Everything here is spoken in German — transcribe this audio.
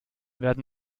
werden